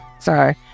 sorry